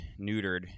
neutered